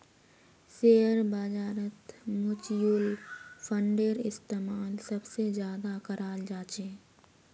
share बाजारत mutual फंडेर इस्तेमाल सबसे ज्यादा कराल जा छे